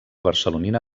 barcelonina